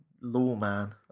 lawman